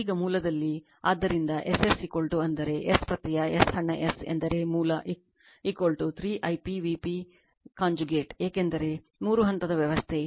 ಈಗ ಮೂಲದಲ್ಲಿ ಆದ್ದರಿಂದ S s ಅಂದರೆ S ಪ್ರತ್ಯಯ s ಸಣ್ಣ s ಎಂದರೆ ಮೂಲ 3 Vp I p conjugate ಏಕೆಂದರೆ ಮೂರು ಹಂತದ ವ್ಯವಸ್ಥೆ Vp I p conjugate 3